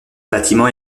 bâtiment